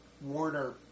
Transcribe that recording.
Warner